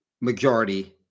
majority